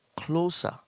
closer